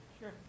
Sure